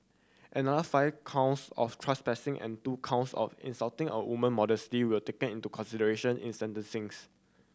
another five counts of trespassing and two counts of insulting a woman modesty were taken into consideration in sentencings